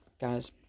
Guys